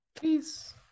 Peace